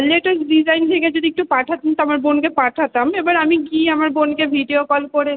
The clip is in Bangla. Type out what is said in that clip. লেটেস্ট ডিজাইন থেকে যদি একটু পাঠাতেন তো আমার বোনকে পাঠাতাম এবার আমি গিয়ে আমার বোনকে ভিডিও কল করে